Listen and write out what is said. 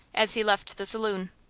as he left the saloon.